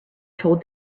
told